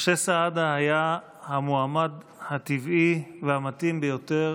משה סעדה היה המועמד הטבעי והמתאים ביותר